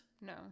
no